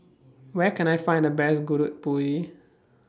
Where Can I Find The Best Gudeg Putih